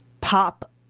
pop